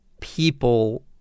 people